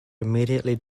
immediately